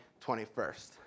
21st